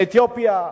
מאתיופיה,